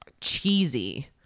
cheesy